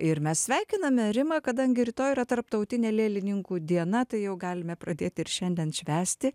ir mes sveikiname rimą kadangi rytoj yra tarptautinė lėlininkų diena tai jau galime pradėti ir šiandien švęsti